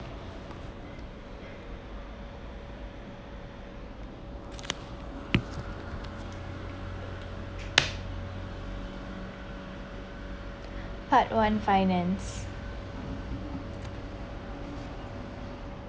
part one finance